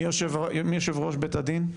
מי יושב ראש בית הדין?